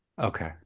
Okay